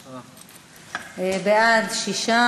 בעד, 6,